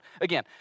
again